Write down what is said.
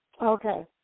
Okay